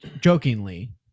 jokingly